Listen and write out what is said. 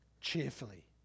cheerfully